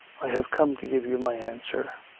i have come to give you my answer.